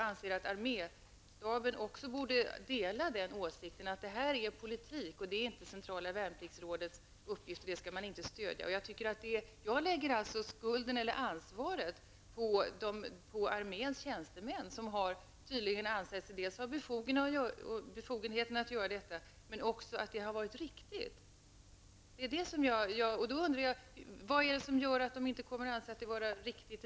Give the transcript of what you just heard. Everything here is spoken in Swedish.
Också arméstaben borde dela den åsikten, att detta är politik och politik är inte Centrala Värnpliktsrådets uppgift. Det skall man inte stödja. Jag lägger ansvaret på arméns tjänstemän som tydligen anser sig ha befogenhet att göra detta och också anser det vara riktigt. Då undrar jag: Vad är det som hindrar att de inte åter kommer att anse det vara riktigt?